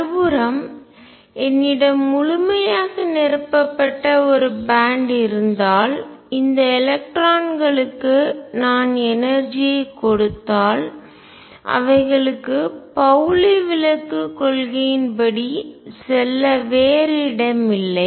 மறுபுறம் என்னிடம் முழுமையாக நிரப்பப்பட்ட ஒரு பேண்ட் இருந்தால் இந்த எலக்ட்ரான்களுக்கு நான் எனர்ஜி ஐஆற்றல் கொடுத்தால் அவைகளுக்கு பவுலி விலக்கு கொள்கையின்படி செல்ல வேறு இடமில்லை